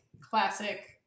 classic